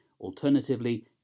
Alternatively